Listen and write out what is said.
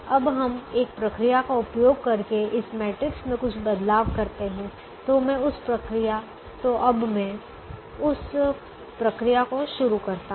अब हम एक प्रक्रिया का उपयोग करके इस मैट्रिक्स में कुछ बदलाव करते हैं तो मैं अब उस प्रक्रिया को शुरू करता हूं